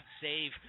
save